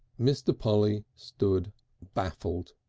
mr. polly stood baffled.